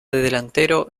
delantero